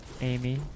Amy